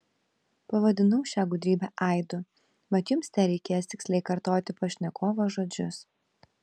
pavadinau šią gudrybę aidu mat jums tereikės tiksliai kartoti pašnekovo žodžius